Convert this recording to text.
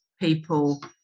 people